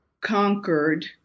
conquered